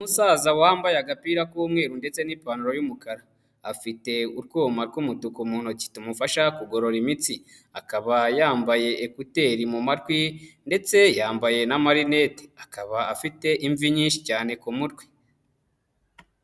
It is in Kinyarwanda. Umusaza wambaye agapira k'umweru ndetse n'ipantaro y'umukara. Afite utwuma tw'umutuku mu ntoki tumufasha kugorora imitsi. Akaba yambaye ekuteri mu matwi ndetse yambaye n'amarinete. Akaba afite imvi nyinshi cyane ku mutwe.